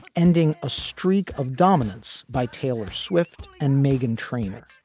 ending a streak of dominance by taylor swift and megan trainor.